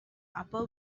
upper